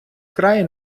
край